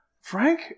Frank